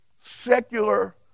secular